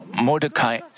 Mordecai